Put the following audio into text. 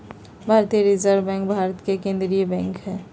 भारतीय reserve bank Bharat के केन्द्रीय बैंक हइ